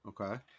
Okay